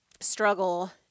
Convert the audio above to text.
struggle